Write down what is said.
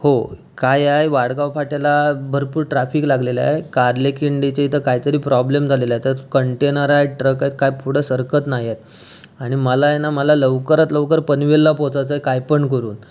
हो काय आहे वाडगाव फाट्याला भरपूर ट्रॅफिक लागलेलं आहे कार्ले खिंडीच्या इथं काय तरी प्रॉब्लेम झालेला आहे तर कंटेनर आहे ट्रक आहेत काय पुढं सरकत नाहीयेत आणि मला आहे न मला लवकरात लवकर पनवेलला पोचायचं आहे कायपण करून